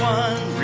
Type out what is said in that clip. one